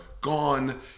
gone